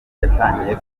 yatangiye